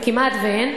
כמעט אין,